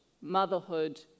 motherhood